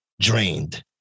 Drained